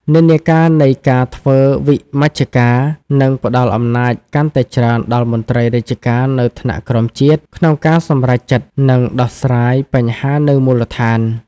និន្នាការនៃការធ្វើវិមជ្ឈការនឹងផ្តល់អំណាចកាន់តែច្រើនដល់មន្ត្រីរាជការនៅថ្នាក់ក្រោមជាតិ ក្នុងការសម្រេចចិត្ត និងដោះស្រាយបញ្ហានៅមូលដ្ឋាន។